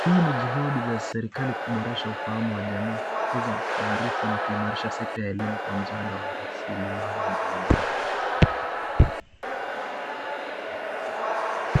Hii ni juhudi za serekali kuboresha ufahamu wa jamii, kukuza maarifa na kuimarisha sekta ya elimu kwa msaada wa rasili mali mbalimbali.